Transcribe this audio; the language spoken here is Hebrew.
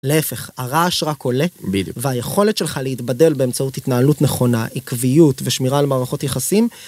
להפך, הרעש רק עולה, בדיוק, והיכולת שלך להתבדל באמצעות התנהלות נכונה, עקביות ושמירה על מערכות יחסים.